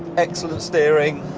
excellent steering,